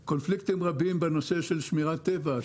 ויש קונפליקטים רבים בנושא של שמירת טבע,